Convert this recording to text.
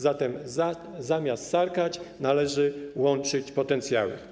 Zatem zamiast sarkać, należy łączyć potencjały.